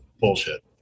Bullshit